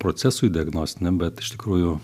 procesui diagnostiniam bet iš tikrųjų